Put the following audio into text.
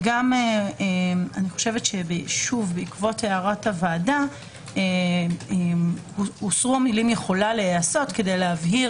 אני חושבת שבעקבות הערת הוועדה הוסרו המילים יכולה להיעשות כדי להבהיר